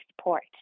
support